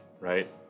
Right